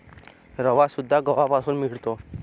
रवासुद्धा गव्हापासून मिळतो